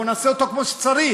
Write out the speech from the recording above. בוא נעשה אותו כמו שצריך: